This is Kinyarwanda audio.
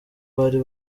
bari